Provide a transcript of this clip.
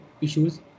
issues